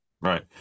right